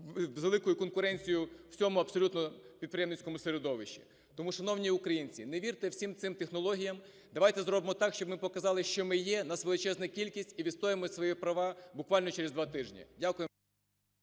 з великою конкуренцією в усьому абсолютно підприємницькому середовищі. Тому, шановні українці, не вірте всім цим технологіям. Давайте зробимо так: щоб ми показали, що ми є, нас величезна кількість і відстоїмо свої права буквально через два тижні. Дякую.